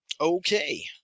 Okay